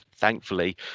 thankfully